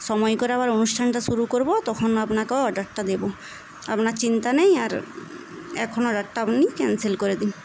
সময় করে আবার অনুষ্ঠানটা শুরু করব তখন আপনাকে অর্ডারটা দেব আপনার চিন্তা নেই আর এখন অর্ডারটা আপনি ক্যানসেল করে দিন